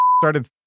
started